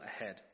ahead